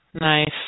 Nice